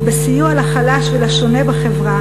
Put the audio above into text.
בסיוע לחלש ולשונה בחברה.